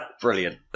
Brilliant